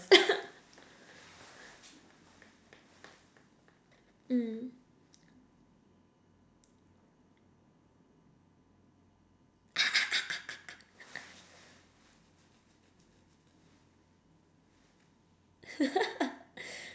mm